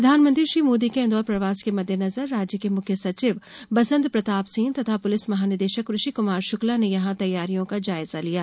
प्रधानमंत्री श्री मोदी के इन्दौर प्रवास के मद्देनजर राज्य के मुख्य सचिव बसंत प्रताप सिंह तथा पुलिस महानिदेशक ऋषि कुमार शुक्ला ने यहां तैयारियों का जायजा लिया